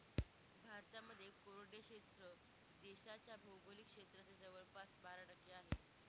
भारतामध्ये कोरडे क्षेत्र देशाच्या भौगोलिक क्षेत्राच्या जवळपास बारा टक्के आहे